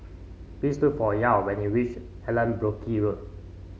please look for Yael when you reach Allanbrooke Road